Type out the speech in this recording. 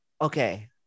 okay